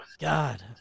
God